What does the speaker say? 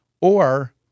Or-